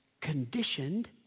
conditioned